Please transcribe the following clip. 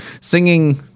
singing